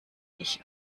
ich